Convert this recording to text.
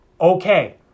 okay